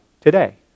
today